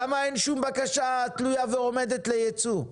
למה אין שום בקשה תלויה ועומדת לייצוא,